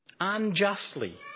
unjustly